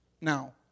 Now